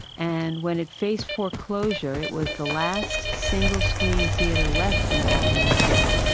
and when it faced foreclosure, it was the last single screen theater left in baltimore city.